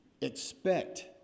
Expect